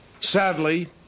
sadly